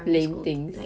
lame things